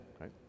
right